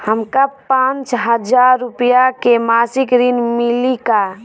हमका पांच हज़ार रूपया के मासिक ऋण मिली का?